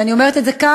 ואני אומרת את זה כאן,